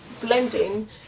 blending